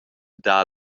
dar